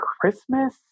Christmas